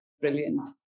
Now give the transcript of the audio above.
Brilliant